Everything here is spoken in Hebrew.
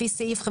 נוסיף.